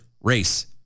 race